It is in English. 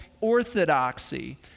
orthodoxy